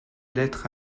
lettre